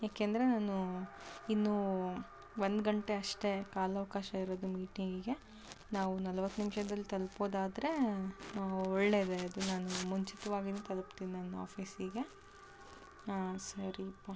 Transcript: ಏಕೆಂದರೆ ನಾನು ಇನ್ನೂ ಒಂದು ಗಂಟೆ ಅಷ್ಟೇ ಕಾಲಾವಕಾಶ ಇರೋದು ಮೀಟಿಂಗಿಗೆ ನಾವು ನಲವತ್ತು ನಿಮಿಷದಲ್ಲಿ ತಲುಪೋದಾದರೆ ಒಳ್ಳೆಯದೇ ಅದು ನಾನು ಮುಂಚಿತವಾಗಿನೇ ತಲುಪ್ತೀನಿ ನನ್ನ ಆಫೀಸಿಗೆ ಹಾಂ ಸರಿ ಪಾ